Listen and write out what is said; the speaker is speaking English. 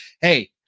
Hey